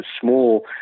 small